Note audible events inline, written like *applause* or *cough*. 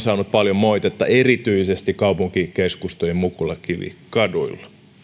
*unintelligible* saanut pyörätuoliasiakkailta paljon moitetta erityisesti kaupunkikeskustojen mukulakivikaduilla